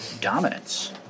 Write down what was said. dominance